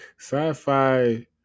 sci-fi